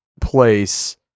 place